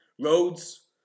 Roads